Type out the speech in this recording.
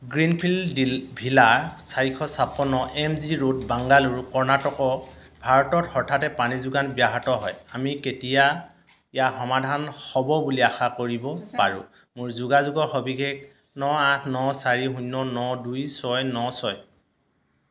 green field de villa চাৰিশ ছাপন্ন M G road Bangalore Karnataka ভাৰতত হঠাতে পানীৰ যোগান ব্যাহত হয় আমি কেতিয়া ইয়াৰ সমাধান হ'ব বুলি আশা কৰিব পাৰোঁ মোৰ যোগাযোগৰ সবিশেষ ন আঠ ন চাৰি শূন্য ন দুই ছয় ন ছয়